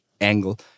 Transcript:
angle